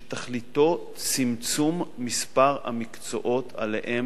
שתכליתו צמצום מספר המקצועות שעליהם